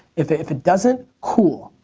if it if it doesn't, cool.